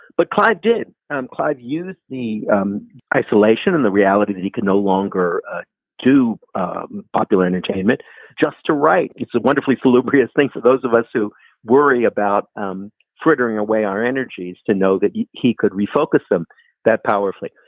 but i did and use the um isolation and the reality that he could no longer ah to ah popular entertainment just to write. it's a wonderfully salubrious thing for those of us who worry about um frittering away our energies to know that he could refocus them that powerfully.